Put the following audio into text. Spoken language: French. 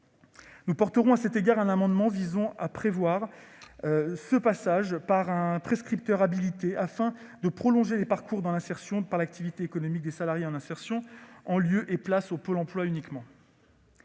Nous défendrons, à cet égard, un amendement visant à prévoir le passage par un prescripteur habilité, afin de prolonger les parcours dans l'insertion par l'activité économique des salariés en insertion, en lieu et place de Pôle emploi uniquement.